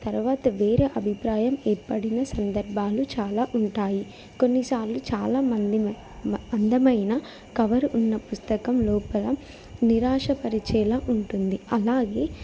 తర్వాత వేరే అభిప్రాయం ఏర్పడిన సందర్భాలు చాలా ఉంటాయి కొన్నిసార్లు చాలా మంది అందమైన కవర్ ఉన్న పుస్తకం లోపల నిరాశపరిచేలా ఉంటుంది అలాగే